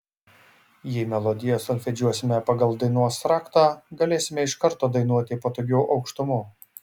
jei melodiją solfedžiuosime pagal dainos raktą galėsime iš karto dainuoti patogiu aukštumu